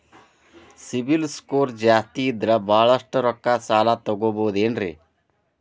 CIBIL score ಜಾಸ್ತಿ ಇದ್ರ ಬಹಳಷ್ಟು ರೊಕ್ಕ ಸಾಲ ತಗೋಬಹುದು ಏನ್ರಿ?